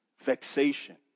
vexation